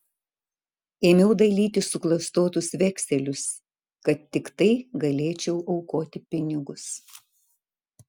ėmiau dalyti suklastotus vekselius kad tiktai galėčiau aukoti pinigus